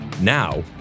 Now